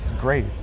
great